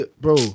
bro